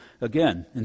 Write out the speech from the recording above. again